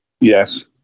yes